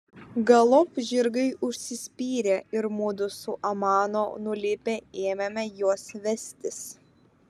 galop žirgai užsispyrė ir mudu su amano nulipę ėmėme juos vestis